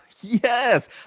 Yes